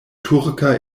turka